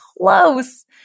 close